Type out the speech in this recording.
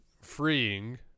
freeing